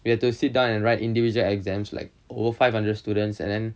you have to sit down and write individual exams like over five hundred students and then